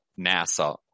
nasa